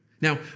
Now